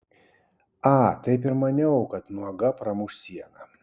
a taip ir maniau kad nuoga pramuš sieną